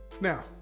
Now